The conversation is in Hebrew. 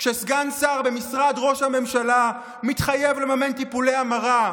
כשסגן שר במשרד ראש הממשלה מתחייב לממן טיפולי המרה,